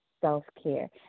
self-care